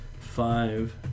Five